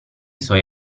suoi